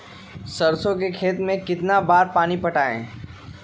सरसों के खेत मे कितना बार पानी पटाये?